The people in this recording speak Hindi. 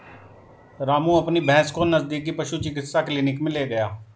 रामू अपनी भैंस को नजदीकी पशु चिकित्सा क्लिनिक मे ले गया